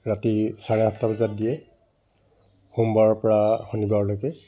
ৰাতি চাৰে আঠটা বজাত দিয়ে সোমবাৰৰ পৰা শনিবাৰলৈকে